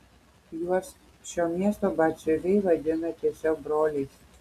juos šio miesto batsiuviai vadina tiesiog broliais